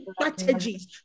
strategies